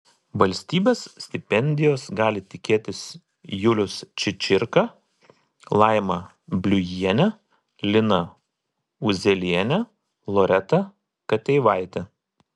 valstybės stipendijos gali tikėtis julius čičirka laima bliujienė lina uzielienė loreta kateivaitė